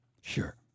Sure